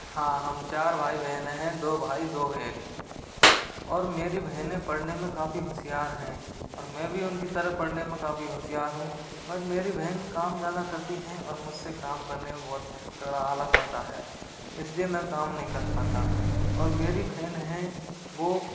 हाँ हम चार भाई बहनें हैं दो भाई दो बहन और मेरी बहने पढ़ने में काफ़ी होशियार हैं और मैं भी उनकी तरह पढ़ने में काफ़ी होशियार हूँ पर मेरी बहन काम ज़्यादा करती हैं और मुझसे काम करने में बहुत तगड़ा आलस आता है इसलिए मैं काम नहीं कन पाता और मेरी बहन हैं वो